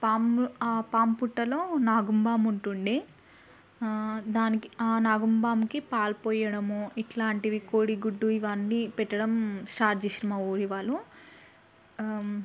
ఆ పాము ఆ పాము పుట్టలో నాగుపాము ఉంటుండే దానికి ఆ నాగుపాముకి పాలు పోయడము ఇట్లాంటివి కోడిగుడ్డు ఇవన్నీ పెట్టడం స్టార్ట్ చేసారు మా ఊరి వాళ్ళు